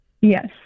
Yes